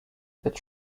that